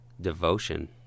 devotion